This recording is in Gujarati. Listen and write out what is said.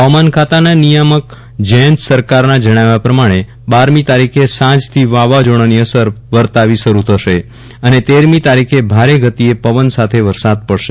હવામાન ખાતાના નિયામક જયંત સરકારના જજ્ઞાવ્યા પ્રમાજ્ઞે બારમી તારીખે સાંજથી વાવાઝોડાની અસર વર્તાવી શરૂ થશે અને તેરમી તારીખે ભારે ગતિએ પવન સાથે વરસાદ પડશે